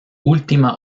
última